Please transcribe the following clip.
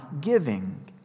giving